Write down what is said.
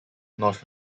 north